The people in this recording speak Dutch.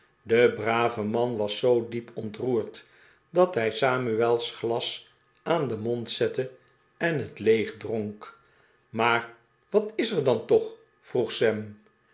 de brave man was zoo diep ontroerd dat hij samuel's glas aan zijn mond zette en het leeg dronk maaf wat is er dan toch vroeg sam